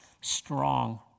strong